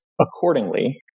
Accordingly